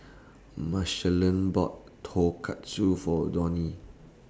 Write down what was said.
Machelle bought Tonkatsu For Donie